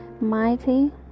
Mighty